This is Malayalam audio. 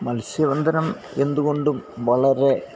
മത്സ്യബന്ധനം എന്തുകൊണ്ടും വളരെ